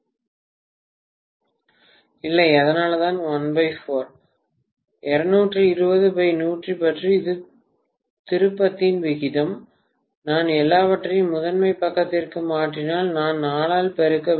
மாணவர் 1712 பேராசிரியர் N1N22 இல்லைஅதனால்தான் 1 4 மாணவர் 1728 பேராசிரியர் 220110 இது திருப்பத்தின் விகிதம் நான் எல்லாவற்றையும் முதன்மை பக்கத்திற்கு மாற்றினால் நான் 4 ஆல் பெருக்க வேண்டும்